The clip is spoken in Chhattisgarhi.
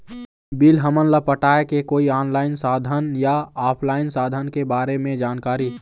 बिल हमन ला पटाए के कोई ऑनलाइन साधन या ऑफलाइन साधन के बारे मे जानकारी?